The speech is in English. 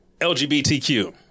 LGBTQ